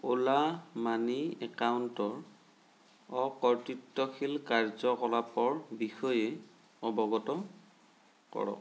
Ola money একাউণ্টৰ অকৰ্তৃত্বশীল কাৰ্য্যকলাপৰ বিষয়ে অৱগত কৰক